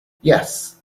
yes